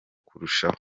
kurushaho